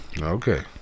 Okay